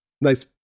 Nice